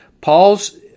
Paul's